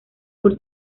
por